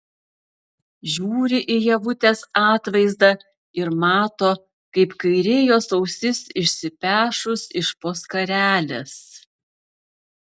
žiūri į ievutės atvaizdą ir mato kaip kairė jos ausis išsipešus iš po skarelės